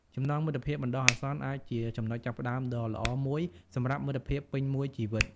ចំណងមិត្តភាពបណ្ដោះអាសន្នអាចជាចំណុចចាប់ផ្តើមដ៏ល្អមួយសម្រាប់មិត្តភាពពេញមួយជីវិត។